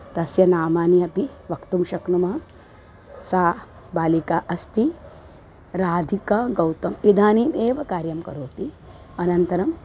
तस्य नामानि अपि वक्तुं शक्नुमः सा बालिका अस्ति राधिका गौतमः इदानीम् एव कार्यं करोति अनन्तरम्